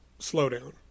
slowdown